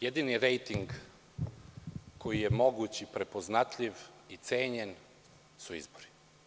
Jedini rejting koji je moguć, prepoznatljiv i cenjen su izbori.